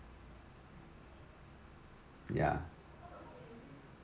ya